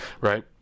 right